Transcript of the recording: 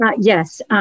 Yes